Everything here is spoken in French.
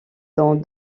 dans